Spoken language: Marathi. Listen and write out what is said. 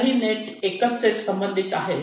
चारही ही नेट एकाच सेट संबंधित आहे